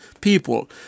people